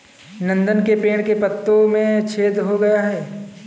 नंदन के पेड़ के पत्तों में छेद हो गया है